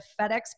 fedex